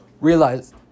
realize